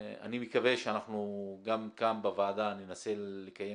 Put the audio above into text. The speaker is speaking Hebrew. אני מקווה שאנחנו גם כאן בוועדה ננסה לקיים